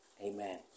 Amen